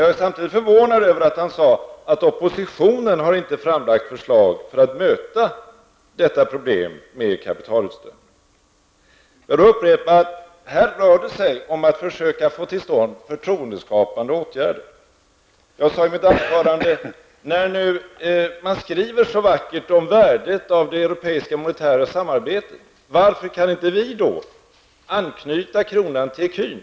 Jag är samtidigt förvånad över att han sade att oppositionen inte har lagt fram förslag för att möta problemet med kapitalutströmning. Jag upprepar att det rör sig om att försöka få till stånd förtroendeskapande åtgärder. I mitt anförande sade jag: När man nu skriver så vackert om värdet av det europeiska monetära samarbetet, varför kan inte vi då anknyta kronan till ecun?